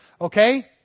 okay